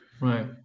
right